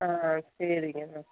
ஆ சரிங்க